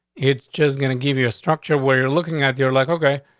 it's just going to give you a structure where you're looking at your like, ok,